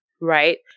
Right